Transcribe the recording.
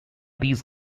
these